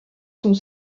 sont